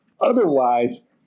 Otherwise